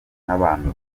n’abantu